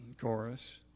chorus